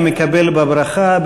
אני מקבל בברכה,